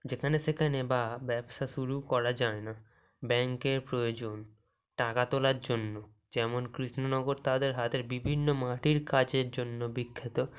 যেখানে সেখানে বা ব্যবসা শুরু করা যায় না ব্যাংকের প্রয়োজন টাকা তোলার জন্য যেমন কৃষ্ণনগর তাদের হাতের বিভিন্ন মাটির কাজের জন্য বিখ্যাত